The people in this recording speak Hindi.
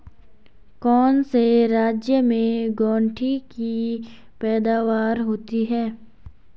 कौन से राज्य में गेंठी की पैदावार होती है?